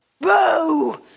Boo